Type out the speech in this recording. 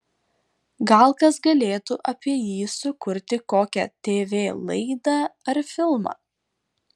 gal kas galėtų apie jį sukurti kokią tv laidą ar filmą